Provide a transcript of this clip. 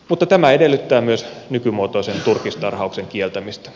mutta tämä edellyttää myös nykymuotoisen turkistarhauksen kieltämistä